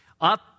Up